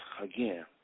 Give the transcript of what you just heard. again